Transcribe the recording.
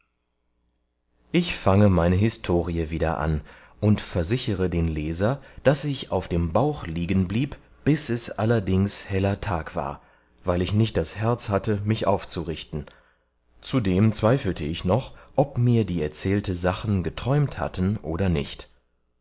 ich fange meine historie wieder an und versichere den leser daß ich auf dem bauch liegen blieb bis es allerdings heller tag war weil ich nicht das herz hatte mich aufzurichten zudem zweifelte ich noch ob mir die erzählte sachen geträumt hatten oder nicht